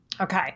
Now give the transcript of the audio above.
Okay